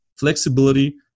flexibility